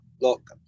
look